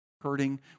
hurting